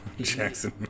Jackson